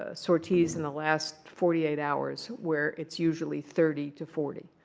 ah sorties in the last forty eight hours, where it's usually thirty to forty.